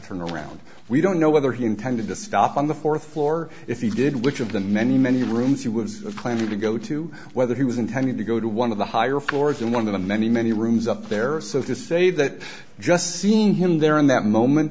turn around we don't know whether he intended to stop on the th floor if he did which of the many many rooms he was planning to go to whether he was intending to go to one of the higher floors in one of the many many rooms up there or so to say that just seeing him there in that moment